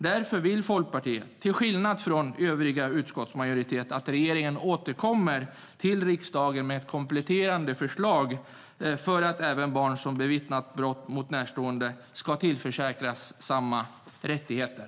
Därför vill Folkpartiet, till skillnad från övriga utskottsmajoriteten, att regeringen återkommer till riksdagen med ett kompletterande förslag för att även barn som bevittnat brott mot närstående ska tillförsäkras samma rättigheter.